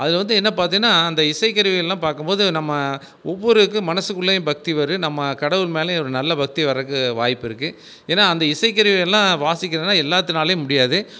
அதில் வந்து என்ன பார்த்திங்ன்னா அந்த இசை கருவிகள்லாம் பார்க்கும்போது நம்ம ஒவ்வொரு இது மனசுக்குள்ளேயும் பக்தி வரும் நம்ம கடவுள் மேலையும் ஒரு நல்ல பக்தி வர்றக்கு வாய்ப்பு இருக்கு ஏன்னா அந்த இசை கருவிகள்லாம் வாசிக்கிறதுலாம் எல்லாத்துனாலயும் முடியாது